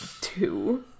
two